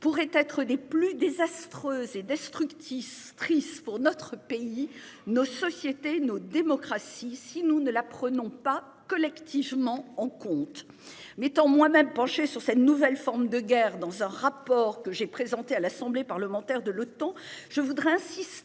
pourraient être des plus désastreuse et destructif triste pour notre pays, nos sociétés, nos démocraties. Si nous ne la prenons pas collectivement on compte mettant moi même penché sur cette nouvelle forme de guerre dans un rapport que j'ai présenté à l'Assemblée parlementaire de l'OTAN. Je voudrais insister